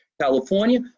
California